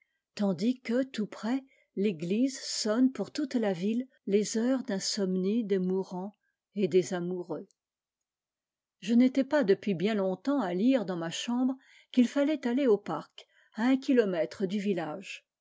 tandis que tout près l'église sonne pour toute la ville les heures d'insomnie des mourants et des amoureux je n'étais pas depuis bien longtemps à lire dans ma chambre qu'il fallait aller au parc à un kilomètre du village